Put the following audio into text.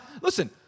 Listen